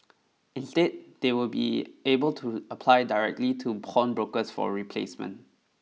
instead they will be able to apply directly to pawnbrokers for a replacement